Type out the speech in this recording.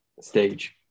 stage